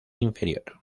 inferior